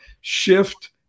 shift